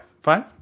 Five